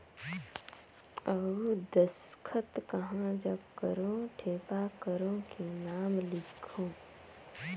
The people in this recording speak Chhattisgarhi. अउ दस्खत कहा जग करो ठेपा करो कि नाम लिखो?